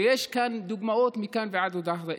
ויש כאן דוגמאות מכאן ועד להודעה חדשה.